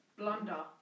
blunder